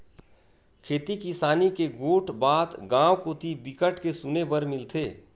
खेती किसानी के गोठ बात गाँव कोती बिकट के सुने बर मिलथे